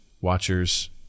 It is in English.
watchers